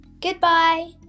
goodbye